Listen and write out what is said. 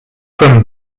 from